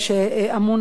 לצערנו,